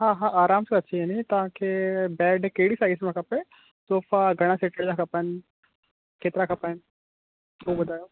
हा आराम सां अची वेंदी तव्हांखे बैड कहिड़ी साईज़ में खपे सोफ़ा घणां सेटन लाइ खपनि केतिरा खपनि उहो ॿुधायो